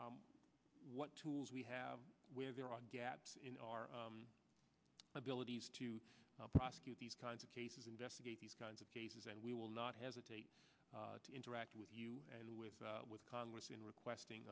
what tools we have where there are gaps in our ability to prosecute these kinds of cases investigate these kinds of cases and we will not hesitate to interact with you and with with congress in requesting